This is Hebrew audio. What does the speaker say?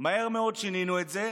מהר מאוד שינינו את זה,